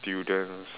students